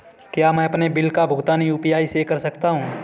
क्या मैं अपने बिल का भुगतान यू.पी.आई से कर सकता हूँ?